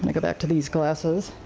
and go back to these glasses.